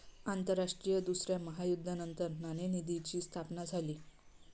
आंतरराष्ट्रीय दुसऱ्या महायुद्धानंतर नाणेनिधीची स्थापना झाली